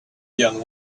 young